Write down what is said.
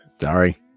sorry